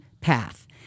path